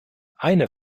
eine